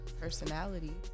personality